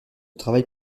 travail